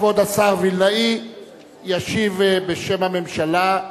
כבוד השר וילנאי ישיב בשם הממשלה,